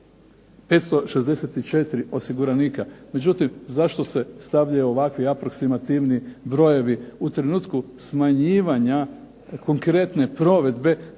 90564 osiguranika. Međutim, zašto se stavljaju ovakvi aproksimativni brojevi. U trenutku smanjivanja konkretne provedbe